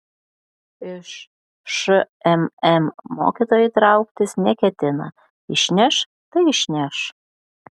iš šmm mokytojai trauktis neketina išneš tai išneš